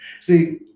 See